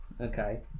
Okay